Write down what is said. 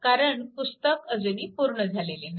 कारण पुस्तक अजुनी पूर्ण झालेले नाही